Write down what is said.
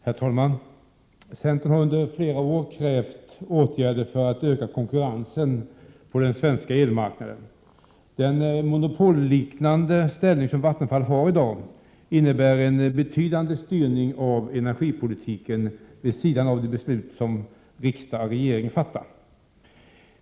Herr talman! Centern har under flera år krävt åtgärder för att öka konkurrensen på den svenska elmarknaden. Den monopolliknande ställning som Vattenfall har i dag innebär en betydande styrning av energipolitiken vid sidan av de beslut som riksdag och regering fattar.